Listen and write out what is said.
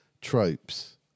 tropes